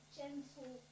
gentle